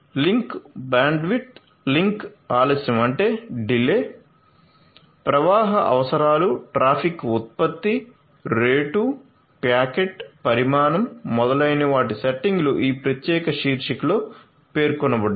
link bandwidth link ఆలస్యం ప్రవాహ అవసరాలు ట్రాఫిక్ ఉత్పత్తి రేటు ప్యాకెట్ పరిమాణం మొదలైన వాటి సెట్టింగులు ఈ ప్రత్యేక శీర్షికలో పేర్కొనబడ్డాయి